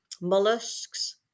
mollusks